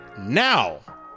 now